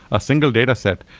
a single dataset,